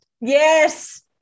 Yes